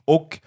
Och